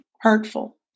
hurtful